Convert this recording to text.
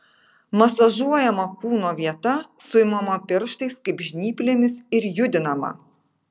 masažuojama kūno vieta suimama pirštais kaip žnyplėmis ir judinama